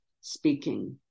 speaking